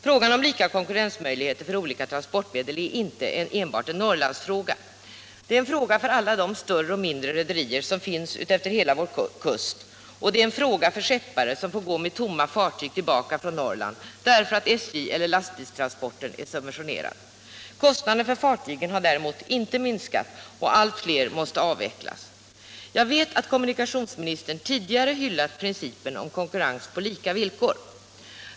Frågan om lika konkurrensmöjligheter för olika transportmedel är inte enbart en Norrlandsfråga utan gäller alla de större och mindre rederier som finns utefter hela vår kust. Det är en fråga för skeppare som får gå med tomma fartyg tillbaka från Norrland, därför att SJ eller lastbilstransporterna är subventionerade. Kostnaderna för fartygen har däremot inte minskat, och allt fler måste avvecklas. Jag vet att kommunikationsministern tidigare hyllat principen om konkurrens på lika villkor.